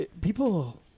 people